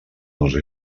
nos